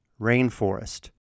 rainforest